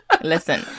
Listen